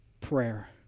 prayer